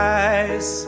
eyes